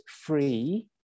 free